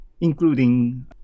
including